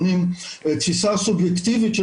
זה